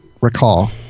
recall